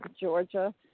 Georgia